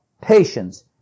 patience